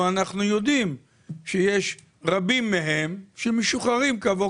ואנחנו יודעים שיש רבים מהם שמשוחררים כעבור